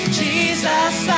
jesus